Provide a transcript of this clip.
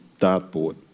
dartboard